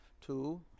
Two